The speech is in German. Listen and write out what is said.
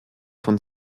von